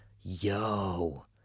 yo